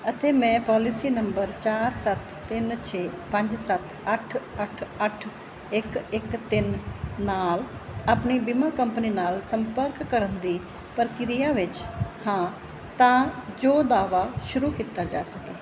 ਅਤੇ ਮੈਂ policy number ਚਾਰ ਸੱਤ ਤਿੰਨ ਛੇ ਪੰਜ ਸੱਤ ਅੱਠ ਅੱਠ ਅੱਠ ਇੱਕ ਇੱਕ ਤਿੰਨ ਨਾਲ ਆਪਣੀ ਬੀਮਾ ਕੰਪਨੀ ਨਾਲ ਸੰਪਰਕ ਕਰਨ ਦੀ ਪ੍ਰਕਿਰਿਆ ਵਿੱਚ ਹਾਂ ਤਾਂ ਜੋ ਦਾਅਵਾ ਸ਼ੁਰੂ ਕੀਤਾ ਜਾ ਸਕੇ